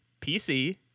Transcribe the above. pc